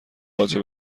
باجه